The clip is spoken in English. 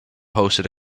hosted